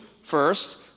first